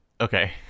Okay